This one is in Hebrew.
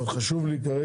אבל מה שחשוב כרגע